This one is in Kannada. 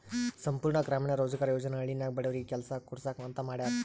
ಸಂಪೂರ್ಣ ಗ್ರಾಮೀಣ ರೋಜ್ಗಾರ್ ಯೋಜನಾ ಹಳ್ಳಿನಾಗ ಬಡವರಿಗಿ ಕೆಲಸಾ ಕೊಡ್ಸಾಕ್ ಅಂತ ಮಾಡ್ಯಾರ್